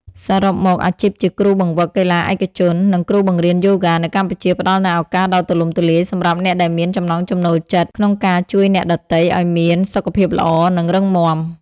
សរុបមក អាជីពជាគ្រូបង្វឹកកីឡាឯកជន និងគ្រូបង្រៀនយូហ្គានៅកម្ពុជាផ្តល់នូវឱកាសដ៏ទូលំទូលាយសម្រាប់អ្នកដែលមានចំណង់ចំណូលចិត្តក្នុងការជួយអ្នកដទៃឱ្យមានសុខភាពល្អ និងរឹងមាំ។